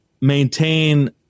maintain